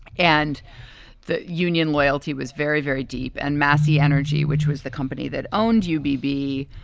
and that union loyalty was very, very deep. and massey energy, which was the company that owned you, bebe,